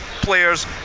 players